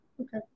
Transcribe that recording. Okay